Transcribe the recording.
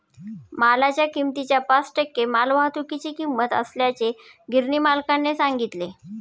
मालाच्या किमतीच्या पाच टक्के मालवाहतुकीची किंमत असल्याचे गिरणी मालकाने सांगितले